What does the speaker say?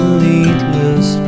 needless